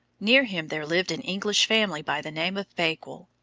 near him there lived an english family by the name of bakewell,